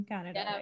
Canada